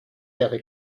wäre